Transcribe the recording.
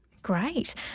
Great